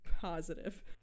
Positive